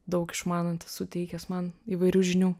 daug išmanantis suteikęs man įvairių žinių